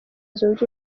zunze